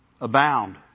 abound